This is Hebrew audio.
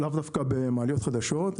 לאו דווקא המעליות חדשות,